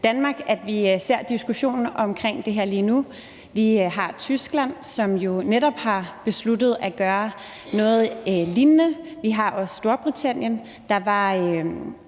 Danmark, at vi ser diskussionen omkring det her lige nu. Vi har Tyskland, som jo netop har besluttet at gøre noget lignende. Vi har også Storbritannien. I fredags